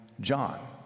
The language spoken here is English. John